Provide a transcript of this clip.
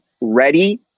ready